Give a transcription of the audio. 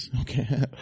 okay